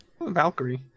Valkyrie